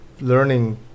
learning